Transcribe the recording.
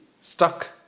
stuck